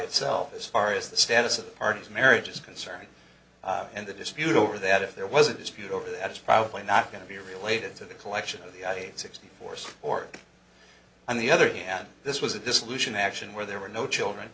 itself as far as the status of the pardons marriage is concerned in the dispute over that if there was a dispute over that's probably not going to be related to the collection of the sixty four score and the other day and this was at this lucian action where there were no children